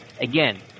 Again